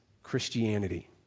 Christianity